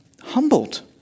humbled